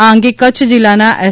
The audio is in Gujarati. આ અંગે કચ્છ જીલ્લાના એસ